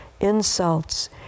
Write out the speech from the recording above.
insults